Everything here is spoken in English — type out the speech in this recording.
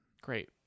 Great